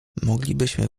moglibyśmy